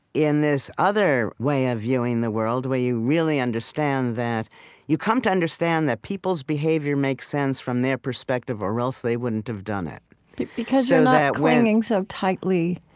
in this other way of viewing the world, where you really understand that you come to understand that people's behavior makes sense from their perspective, or else they wouldn't have done it because you're like not clinging so tightly,